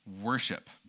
worship